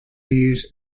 use